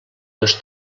dos